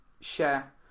share